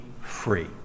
free